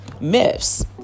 myths